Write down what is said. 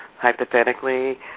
hypothetically